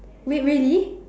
wait really